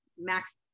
max